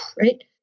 right